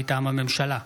מטעם הממשלה: